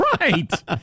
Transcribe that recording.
right